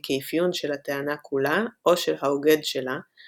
כאפיון של הטענה כולה או של האוגד שלה,